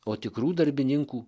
o tikrų darbininkų